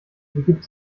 begibt